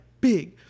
big